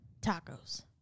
tacos